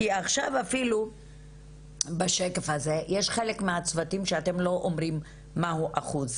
כי עכשיו אפילו בשקף הזה יש חלק מהצוותים שאתם לא אומרים מה הוא אחוז